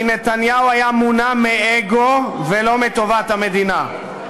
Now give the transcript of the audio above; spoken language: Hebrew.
כי נתניהו היה מונע מאגו ולא מטובת המדינה.